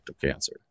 cancer